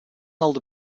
older